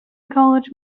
college